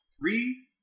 Three